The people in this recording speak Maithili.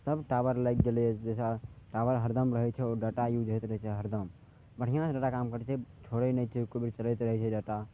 सभ टॉवर लागि गेलै जाहिसँ टॉवर हरदम रहै छै ओ डाटा यूज होइत रहै छै हरदम बढ़िआँ सँ डाटा काम करै छै छोड़ै नहि छै एको बेर चलैत रहै छै डाटा